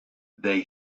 they